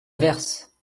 verse